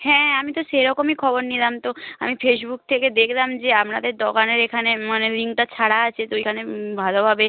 হ্যাঁ আমি তো সেরকমই খবর নিলাম তো আমি ফেসবুক থেকে দেখলাম যে আপনাদের দোকানের এখানে মানে লিঙ্কটা ছাড়া আছে তো এখানে ভালোভাবে